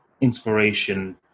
inspiration